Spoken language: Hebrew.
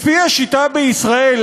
לפי השיטה בישראל,